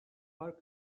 fark